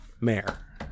Mayor